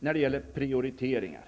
avseende.